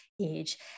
age